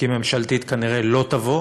כי ממשלתית כנראה לא תבוא,